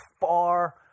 far